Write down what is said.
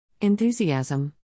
Enthusiasm